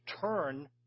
turn